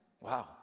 Wow